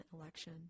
election